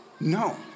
No